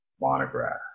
monograph